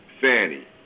Fanny